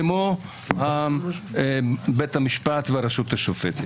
כמו בית המשפט והרשות השופטת.